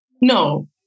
No